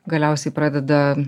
galiausiai pradeda